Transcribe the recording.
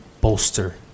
bolster